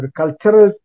cultural